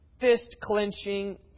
fist-clenching